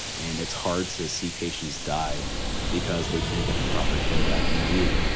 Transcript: and it's hard to see patients die because they can't get the proper care that we need.